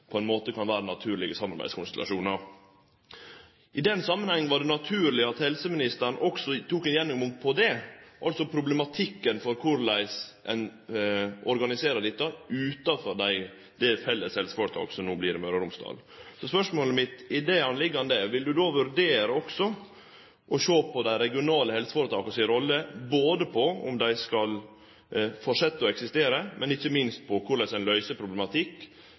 kan vere naturlege samarbeidskonstellasjonar. I den samanhengen var det naturleg at helseministeren også tok ein gjennomgang på problematikken med omsyn til korleis ein organiserer dette utanfor det felles helseføretaket som no vert i Møre og Romsdal. Spørsmålet mitt i så måte er: Vil statsråden då også vurdere å sjå på dei regionale helseføretaka si rolle – om dei framleis skal eksistere, men ikkje minst korleis ein